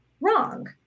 Wrong